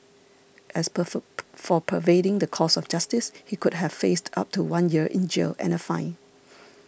as perform for perverting the course of justice he could have faced up to one year in jail and a fine